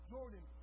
Jordan